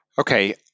Okay